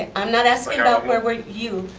and i'm not asking about where were you,